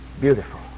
Beautiful